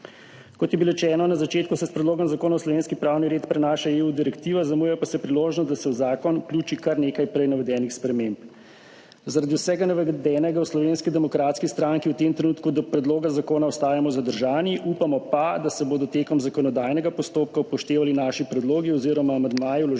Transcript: Kot je bilo rečeno na začetku, se s predlogom zakona v slovenski pravni red prenaša direktiva EU, zamuja pa se priložnost, da se v zakon vključi kar nekaj prej navedenih sprememb. Zaradi vsega navedenega v Slovenski demokratski stranki v tem trenutku do predloga zakona ostajamo zadržani, upamo pa, da se bodo tekom zakonodajnega postopka upoštevali naši predlogi oziroma amandmaji, vloženi